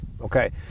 okay